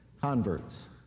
converts